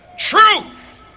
truth